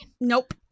Nope